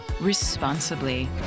Responsibly